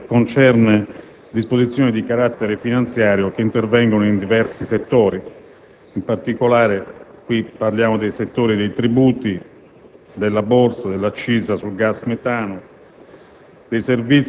invece, disposizioni di carattere finanziario che intervengono in diversi settori: si tratta, in particolare, dei settori dei tributi, della borsa, dell'accisa sul gas metano,